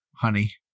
honey